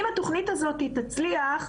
אם התוכנית הזאת תצליח,